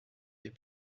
des